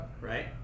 Right